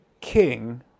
king